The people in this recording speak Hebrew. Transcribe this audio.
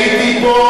אני הייתי פה,